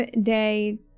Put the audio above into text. Day